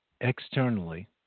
externally